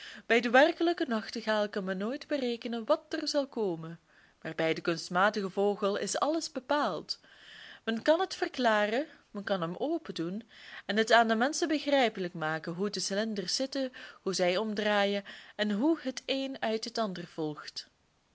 bij den werkelijken nachtegaal kan men nooit berekenen wat er zal komen maar bij den kunstmatigen vogel is alles bepaald men kan het verklaren men kan hem opendoen en het aan de menschen begrijpelijk maken hoe de cilinders zitten hoe zij omdraaien en hoe het een uit het ander volgt